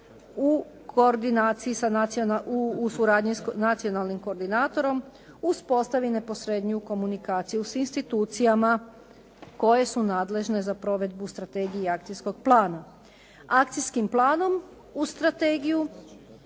u suradnji s nacionalnim koordinatorom uspostavi neposredniju komunikaciju s institucijama koje su nadležne za provedbu strategije i akcijskog plana. Akcijskim planom u strategiju